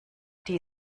die